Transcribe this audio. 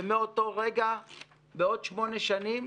ומאותו רגע בעוד שמונה שנים